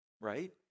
right